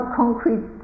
concrete